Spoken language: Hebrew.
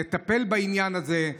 לטפל בעניין הזה.